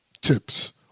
tips